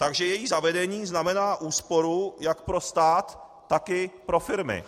Takže její zavedení znamená úsporu jak pro stát, tak i pro firmy.